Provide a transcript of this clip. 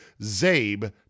ZABE